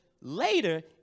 later